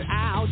out